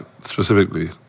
specifically